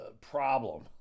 problem